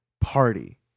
party